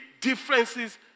differences